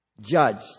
judged